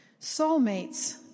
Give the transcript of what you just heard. Soulmates